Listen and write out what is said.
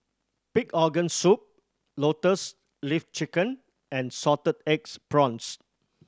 pig organ soup Lotus Leaf Chicken and salted eggs prawns